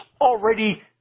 already